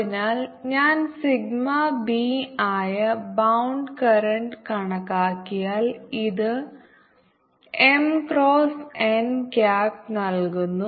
അതിനാൽ ഞാൻ sigma B ആയ ബൌണ്ട് കറന്റ് കണക്കാക്കിയാൽ ഇത് എം ക്രോസ് എൻ ക്യാപ് നൽകുന്നു